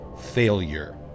failure